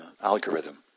algorithm